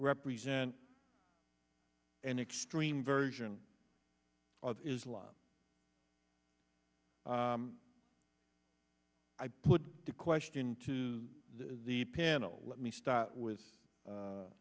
represent an extreme version of islam i put the question to the panel let me start with